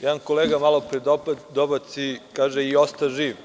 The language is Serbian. Jedan kolega malopre dobaci i kaže – „i osta živ“